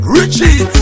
Richie